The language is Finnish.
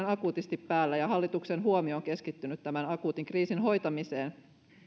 akuutisti päällä ja hallituksen huomio on keskittynyt tämän akuutin kriisin hoitamiseen